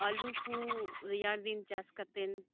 ᱟᱹᱞᱩ ᱠᱚ ᱨᱮᱭᱟᱲ ᱫᱤᱱ ᱪᱟᱥ ᱠᱟᱛᱮᱫ